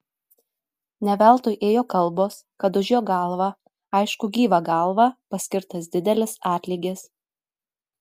ne veltui ėjo kalbos kad už jo galvą aišku gyvą galvą paskirtas didelis atlygis